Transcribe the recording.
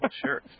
Sure